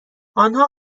آنها